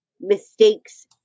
mistakes